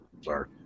sorry